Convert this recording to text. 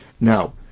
Now